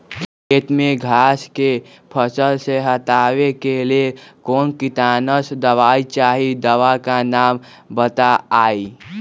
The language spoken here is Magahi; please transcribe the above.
खेत में घास के फसल से हटावे के लेल कौन किटनाशक दवाई चाहि दवा का नाम बताआई?